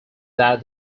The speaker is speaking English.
that